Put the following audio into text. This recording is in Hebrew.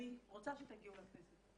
אני רוצה שתגיעו לכנסת.